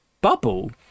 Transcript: bubble